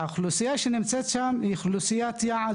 האוכלוסייה שנמצאת שם היא אוכלוסיית יעד